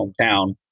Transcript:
hometown